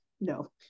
No